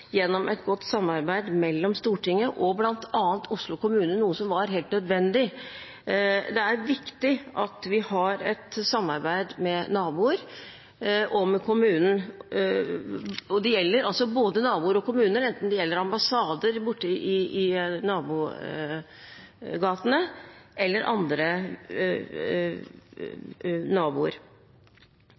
gjennom et godt samarbeid mellom Stortinget og bl.a. Oslo kommune, noe som var helt nødvendig. Det er viktig at vi har et samarbeid både med kommunen og med naboer, enten det gjelder ambassader i nabogatene eller andre naboer.